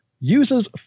Uses